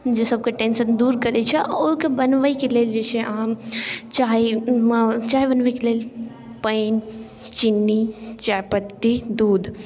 जे सबके टेन्शन दूर करै छै आओर ओहिके बनबैके लेल जे छै अहाँ चाइमे चाइ बनबैके लेल पानि चिन्नी चाइ पत्ती दूध